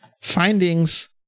findings